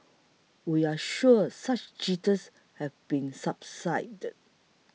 we're sure such jitters have since subsided